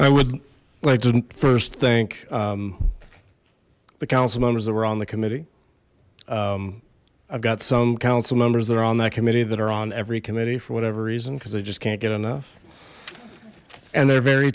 i would like to first thank the council members that were on the committee i've got some council members that are on that committee that are on every committee for whatever reason because they just can't get enough and they're very